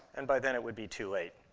and by then, it would be too late.